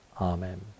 Amen